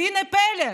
והינה, פלא,